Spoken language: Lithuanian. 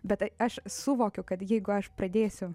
bet tai aš suvokiu kad jeigu aš pradėsiu